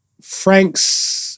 Frank's